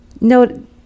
No